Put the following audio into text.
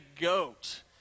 goat